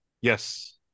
Yes